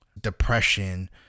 depression